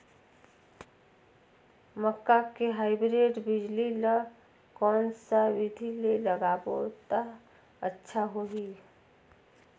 मक्का के हाईब्रिड बिजली ल कोन सा बिधी ले लगाबो त अच्छा होहि?